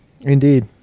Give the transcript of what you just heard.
Indeed